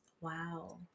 Wow